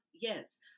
Yes